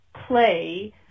play